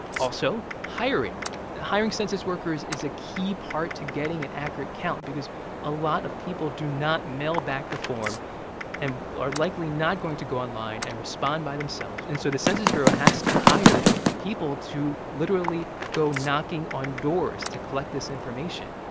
also, hiring hiring census workers is a key part to getting an accurate count because a lot of people do not mail back the form and are likely not going to go online and respond by themselves. and so the census bureau has to hire people to, literally, go knocking on doors to collect this information.